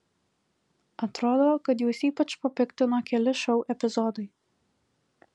atrodo kad juos ypač papiktino keli šou epizodai